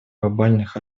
глобальных